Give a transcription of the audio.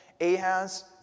Ahaz